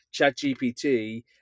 ChatGPT